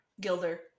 gilder